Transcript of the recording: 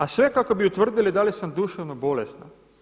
A sve kako bi utvrdili da li sam duševno bolesna.